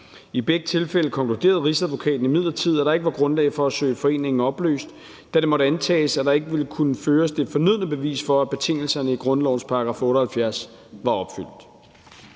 I begge tilfælde konkluderede Rigsadvokaten imidlertid, at der ikke var grundlag for at søge foreningen opløst, da det måtte antages, at der ikke ville kunne føres det fornødne bevis for, at betingelserne i grundlovens § 78 var opfyldt.